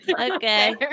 Okay